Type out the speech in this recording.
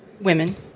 Women